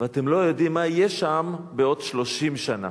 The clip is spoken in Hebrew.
ואתם לא יודעים מה יהיה שם בעוד 30 שנה.